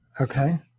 Okay